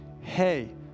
hey